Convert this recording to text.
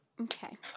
Okay